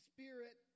Spirit